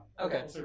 Okay